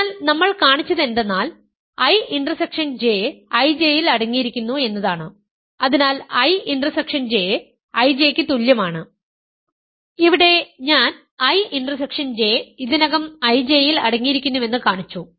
അതിനാൽനമ്മൾ കാണിച്ചതെന്തെന്നാൽ I ഇന്റർസെക്ഷൻയിൽ J IJ യിൽ അടങ്ങിയിരിക്കുന്നു എന്നതാണ് അതിനാൽ I intersection J IJ ക്ക് തുല്യമാണ് ഇവിടെ ഞാൻ I ഇന്റർസെക്ഷൻ J ഇതിനകം IJ യിൽ അടങ്ങിയിരിക്കുന്നുവെന്ന് കാണിച്ചു